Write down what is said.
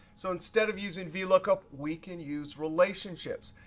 so instead of using vlookup, we can use relationships.